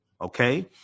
okay